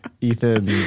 Ethan